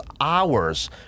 hours